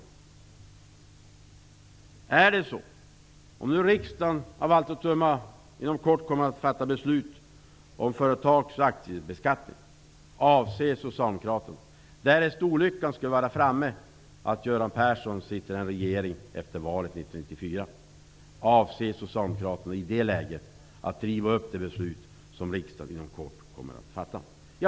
Riksdagen kommer av allt att döma att inom kort fatta beslut om företags aktiebeskattning. Avser Socialdemokraterna, därest olyckan skulle vara framme och Göran Persson sitter i en regering efter valet 1994, att riva upp det beslut som riksdagen inom kort kommer att fatta?